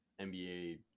NBA